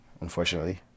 Unfortunately